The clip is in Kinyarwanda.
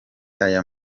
aya